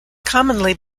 commonly